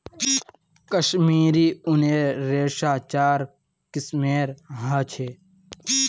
कश्मीरी ऊनेर रेशा चार किस्मेर ह छे